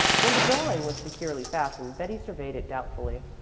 when the drawing was securely fastened, betty surveyed it doubtfully.